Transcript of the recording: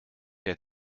der